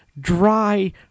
dry